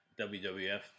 WWF